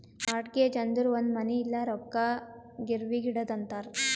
mortgage ಅಂದುರ್ ಒಂದ್ ಮನಿ ಇಲ್ಲ ರೊಕ್ಕಾ ಗಿರ್ವಿಗ್ ಇಡದು ಅಂತಾರ್